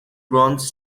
bronze